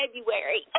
February